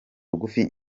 bugufi